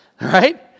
Right